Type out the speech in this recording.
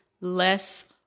less